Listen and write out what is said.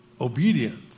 obedience